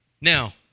Now